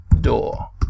door